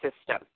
system